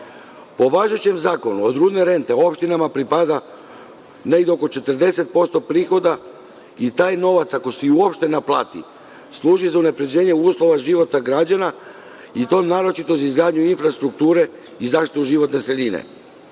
važećem zakonu, od rudne rente opštinama pripada negde oko 40% prihoda i taj novac, ako se i uopšte naplati, služi za unapređenje uslova života građana i to naročito za izgradnju infrastrukture i zaštitu životne sredine.